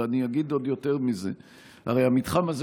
אני אגיד עוד יותר מזה: הרי המתחם הזה